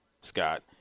Scott